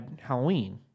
Halloween